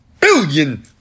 billion